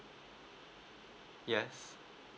yes